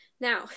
Now